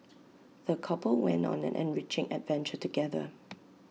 the couple went on an enriching adventure together